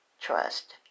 trust